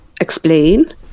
explain